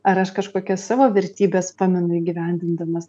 ar aš kažkokias savo vertybes pamenu įgyvendindamas